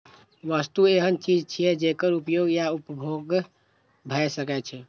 वस्तु एहन चीज छियै, जेकर उपयोग या उपभोग भए सकै छै